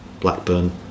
Blackburn